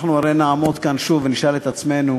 אנחנו הרי נעמוד כאן שוב ונשאל את עצמנו,